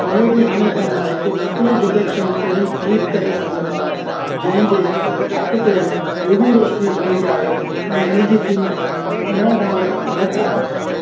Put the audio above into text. पोइ बि हाणे तव्हां हिकु नकली डिटेक्शन पेन ख़रीदु करे सघो था जंहिं जे ढकि ते यू वी रोशनी हूंदी आहे ऐं हिन जी क़ीमत ॾह डॉलर खां घटि आहे